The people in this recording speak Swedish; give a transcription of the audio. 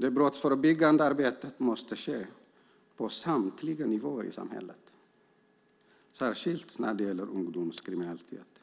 Det brottsförebyggande arbetet måste ske på samtliga nivåer i samhället, särskilt när det gäller ungdomskriminalitet.